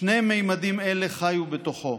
שני ממדים אלה חיו בתוכו.